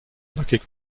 nackig